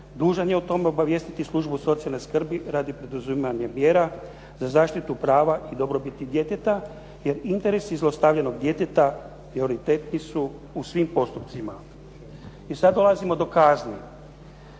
dužna je o tome obavijestiti Službu socijalne skrbi radi poduzimanja mjera za zaštitu prava i dobrobiti djeteta. Jer interesa zlostavljanog djeteta prioriteti su u svim postupcima. I sad dolazimo do kazne